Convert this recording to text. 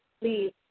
please